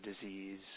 disease